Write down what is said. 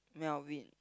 Melvin